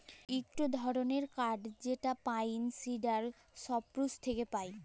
ইকটো ধরণের কাঠ যেটা পাইন, সিডার আর সপ্রুস থেক্যে পায়